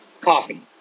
coffee